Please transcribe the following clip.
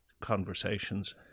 conversations